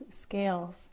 scales